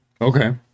okay